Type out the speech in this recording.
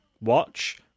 watch